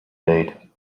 date